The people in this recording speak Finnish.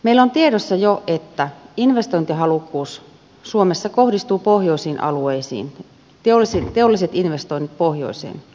meillä on tiedossa jo että investointihalukkuus suomessa kohdistuu pohjoisiin alueisiin teolliset investoinnit kohdistuvat pohjoiseen